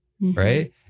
Right